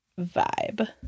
vibe